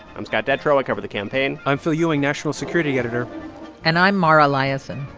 i'm scott detrow. i cover the campaign i'm phil ewing, national security editor and i'm mara liasson.